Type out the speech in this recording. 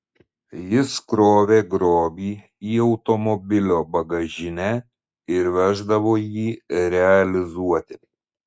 jis krovė grobį į automobilio bagažinę ir veždavo jį realizuoti